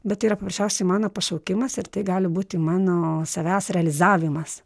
bet tai yra paprasčiausiai mano pašaukimas ir tai gali būti mano savęs realizavimas